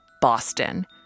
Boston